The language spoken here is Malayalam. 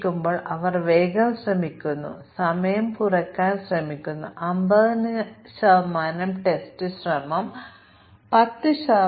ഉത്തരം അത് ഓട്ടോമേഷനു വളരെ അനുയോജ്യമാണ് എന്നതാണ് അത് ഞങ്ങളുടെ ടെസ്റ്റ് സ്യൂട്ടിനെ ശക്തിപ്പെടുത്താൻ കഴിയുന്ന ഒരു സാങ്കേതികതയാണ്